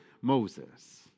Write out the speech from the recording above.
Moses